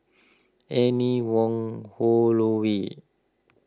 Anne Wong Holloway